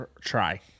try